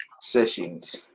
sessions